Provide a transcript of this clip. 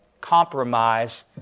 compromise